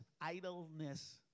idleness